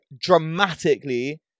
dramatically